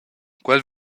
quel